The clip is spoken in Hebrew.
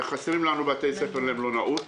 חסרים לנו בתי ספר למלונאות.